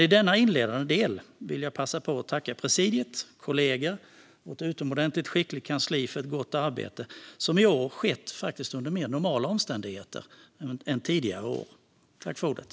I denna inledande del vill jag passa på att tacka presidiet, kollegorna och det utomordentligt skickliga kansliet för ett gott arbete, som i år faktiskt har skett under mer normala omständigheter än de senaste åren.